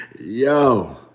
Yo